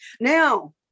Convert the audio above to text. Now